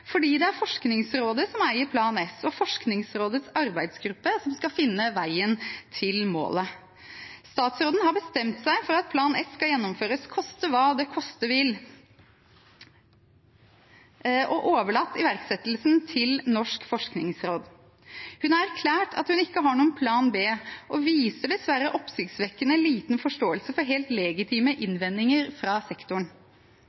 fordi det er Forskningsrådet som eier Plan S, og det er Forskningsrådets arbeidsgruppe som skal finne veien til målet. Statsråden har bestemt seg for at Plan S skal gjennomføres, koste hva det koste vil, og har overlatt iverksettelsen til Norsk forskningsråd. Hun har erklært at hun ikke har noen plan B, og viser dessverre oppsiktsvekkende liten forståelse for helt legitime